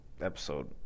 episode